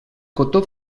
cotó